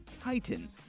Titan